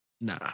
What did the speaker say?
nah